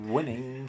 Winning